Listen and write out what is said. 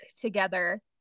together